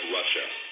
Russia